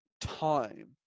time